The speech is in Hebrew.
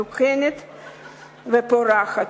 המתוקנת והפורחת,